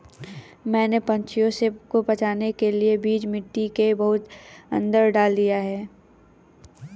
मैंने पंछियों से बचाने के लिए बीज मिट्टी के बहुत अंदर डाल दिए हैं